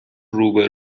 روبه